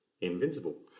invincible